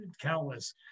countless